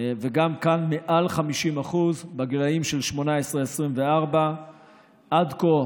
וגם כאן מעל 50% בגילים 18 24. עד כה